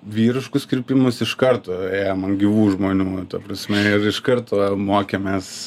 vyriškus kirpimus iš karto ėjom ant gyvų žmonių ta prasme ir iš karto mokėmės